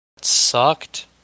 Sucked